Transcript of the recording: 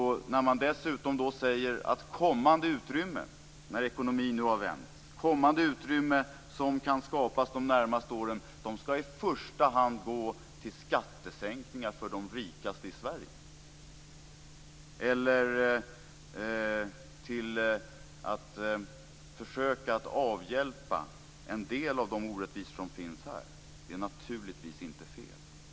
Nu säger man dessutom att kommande utrymme de närmaste åren, nu när ekonomin har vänt, i första hand skall gå till skattesänkningar för de rikaste i Sverige. Att använda utrymmet till att försöka avhjälpa en del av de orättvisor som finns här är naturligtvis inte fel.